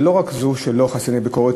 ולא רק זה שהם לא חסיני ביקורת,